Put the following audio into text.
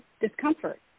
discomfort